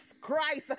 Christ